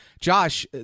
Josh